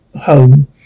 home